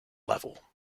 level